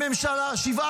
קבעה